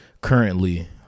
currently